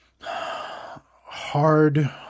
hard